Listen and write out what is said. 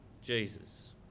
Jesus